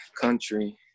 country